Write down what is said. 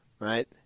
Right